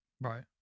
Right